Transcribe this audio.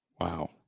Wow